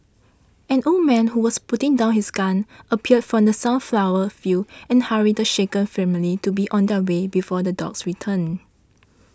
an old man who was putting down his gun appeared from the sunflower fields and hurried the shaken family to be on their way before the dogs return